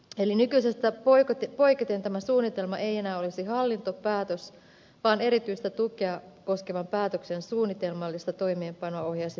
eli nykyisestä poiketen tämä suunnitelma ei enää olisi hallintopäätös vaan erityistä tukea koskevan päätöksen suunnitelmallista toimeenpanoa ohjaisi pedagoginen asiakirja